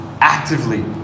actively